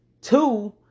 Two